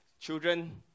Children